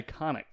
iconic